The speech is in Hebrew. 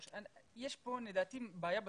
יש פה, לדעתי, בעיה בתפיסה.